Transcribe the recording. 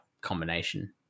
combination